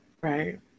right